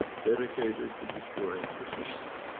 dedicated to destroying the climate.